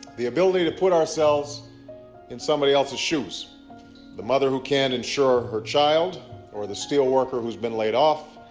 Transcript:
the ability to put ourselves in somebody else's shoes the mother who can't insure her child or the steelworker who has been laid off,